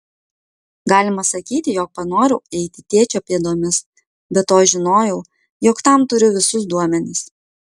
galima sakyti jog panorau eiti tėčio pėdomis be to žinojau jog tam turiu visus duomenis